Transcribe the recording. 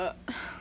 err